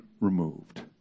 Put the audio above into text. removed